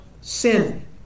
sin